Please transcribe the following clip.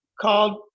called